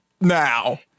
now